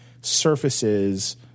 surfaces –